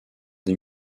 des